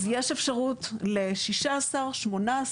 אז יש אפשרות ל-16, 18,